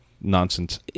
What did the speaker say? nonsense